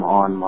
on